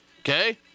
okay